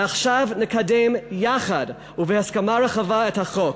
ועכשיו נקדם יחד, ובהסכמה רחבה, את החוק.